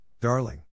darling